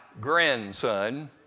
grandson